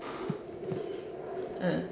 mm